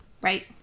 right